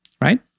right